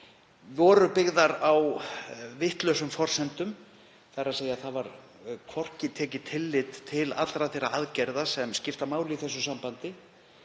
við, voru byggðar á vitlausum forsendum. Það var ekki tekið tillit til allra þeirra aðgerða sem skipta máli í þessu sambandi,